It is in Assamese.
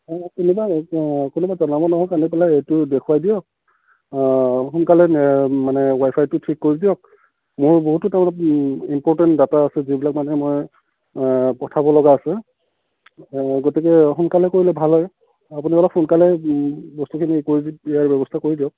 অ কোনোবা কোনোবা জনা মানুহক আনি পেলাই এইটো দেখুৱাই দিয়ক সোনকালে মানে ৱাইফাইটো ঠিক কৰি দিয়ক মোৰ বহুতো ত অলপ ইম্পৰ্টেণ্ট ডাটা আছে যিবিলাক মানে মই পঠাব লগা আছে গতিকে সোনকালে কৰিলে ভাল হয় আপুনি অলপ সোনকালে বস্তুখিনি কৰি দিয়াৰ ব্যৱস্থা কৰি দিয়ক